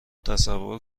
تصور